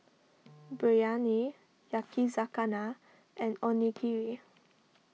Biryani Yakizakana and Onigiri